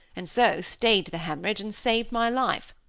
and so stayed the haemorrhage and saved my life.